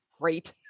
great